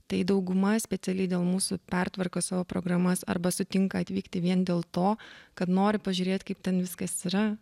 tai dauguma specialiai dėl mūsų pertvarko savo programas arba sutinka atvykti vien dėl to kad nori pažiūrėt kaip ten viskas yra